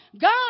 God